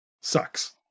sucks